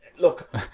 look